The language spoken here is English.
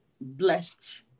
blessed